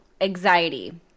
anxiety